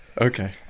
okay